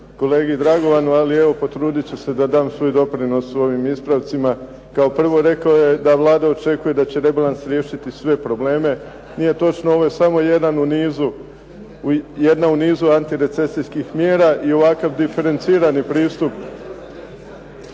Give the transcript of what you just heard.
kolege Dragovanu, ali evo potrudit ću se da dam doprinos u svim ovim ispravcima. Kao prvo, rekao je da Vlada očekuje da će rebalans riješiti sve probleme. Nije točno. Ovo je samo jedna u nizu antirecesijskih mjera i ovakav diferencirani pristup